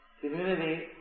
community